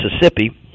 Mississippi